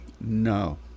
No